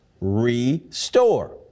restore